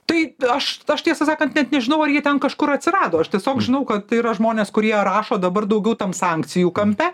tai aš aš tiesą sakan net nežinau ar ji ten kažkur atsirado aš tiesiog žinau kad tai yra žmonės kurie rašo dabar daugiau tam sankcijų kampe